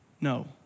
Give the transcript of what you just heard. No